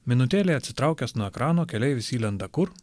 minutėlei atsitraukęs nuo ekrano keleivis įlenda kur